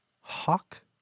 hawk